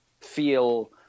feel